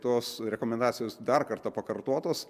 tos rekomendacijos dar kartą pakartotos